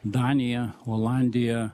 danija olandija